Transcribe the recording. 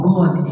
God